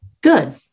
Good